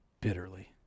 bitterly